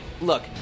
Look